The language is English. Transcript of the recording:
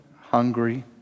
hungry